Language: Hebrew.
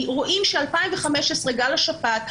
רואים שב-2015 גל השפעת,